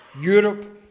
Europe